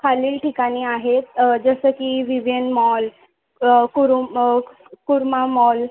खालील ठिकाणी आहेत जसं की विवियन मॉल कुरुम कुरमा मॉल